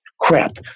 crap